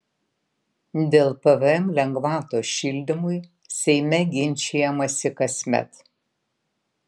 dėl pvm lengvatos šildymui seime ginčijamasi kasmet